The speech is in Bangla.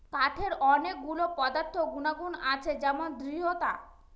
কাঠের অনেক গুলো পদার্থ গুনাগুন আছে যেমন দৃঢ়তা